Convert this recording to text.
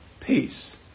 Peace